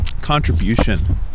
contribution